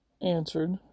answered